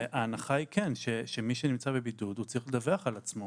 וההנחה היא כן שמי שנמצא בבידוד צריך לדווח על עצמו